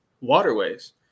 waterways